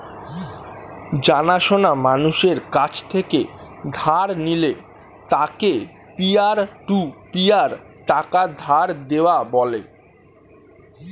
জানা সোনা মানুষের কাছ থেকে ধার নিলে তাকে পিয়ার টু পিয়ার টাকা ধার দেওয়া বলে